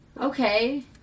Okay